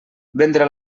vendre